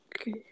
Okay